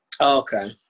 Okay